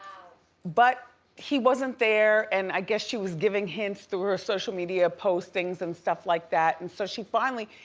but he wasn't there. and i guess she was giving hints through her ah social media postings and stuff like that. and so she finally,